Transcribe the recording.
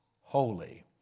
holy